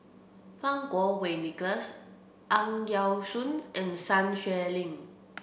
Fang Kuo Wei Nicholas Ang Yau Choon and Sun Xueling